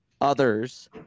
others